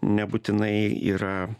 nebūtinai yra